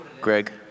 Greg